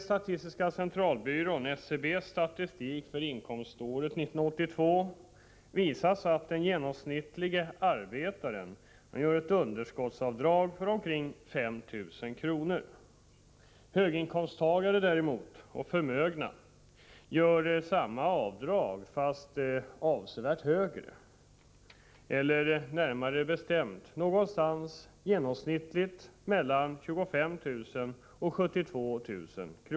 Statistiska centralbyråns statistik för inkomståret 1982 visar att den genomsnittlige arbetaren gör underskottsavdrag för omkring 5 000 kr. Höginkomsttagare och förmögna gör samma avdrag fast för avsevärt högre belopp, närmare bestämt mellan 25 000 och 72 000 kr.